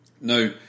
now